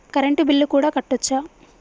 Current bill కూడా కట్టొచ్చా?